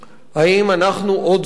האם אנחנו עוד זוכרים